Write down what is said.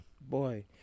Boy